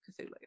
Cthulhu